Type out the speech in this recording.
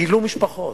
וגידלו משפחות,